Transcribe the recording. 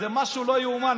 זה משהו לא ייאמן.